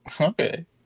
okay